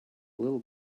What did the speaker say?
little